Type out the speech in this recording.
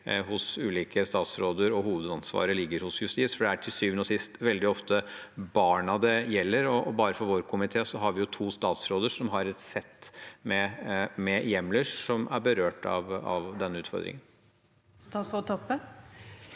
hos ulike statsråder og hovedansvaret ligger hos Justisdepartementet? For det er til syvende og sist veldig ofte barna det gjelder. Bare for vår komité har vi to statsråder, som har et sett med hjemler, som er berørt av denne utfordringen. Statsråd